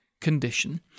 condition